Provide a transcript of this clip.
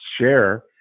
share